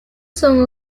son